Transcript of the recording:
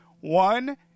one